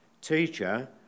Teacher